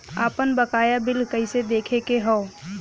आपन बकाया बिल कइसे देखे के हौ?